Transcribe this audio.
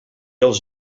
els